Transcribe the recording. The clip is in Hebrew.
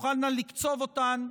תוכלנה לקצוב אותן,